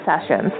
sessions